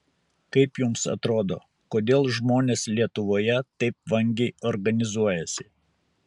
kaip jums atrodo kodėl žmonės lietuvoje taip vangiai organizuojasi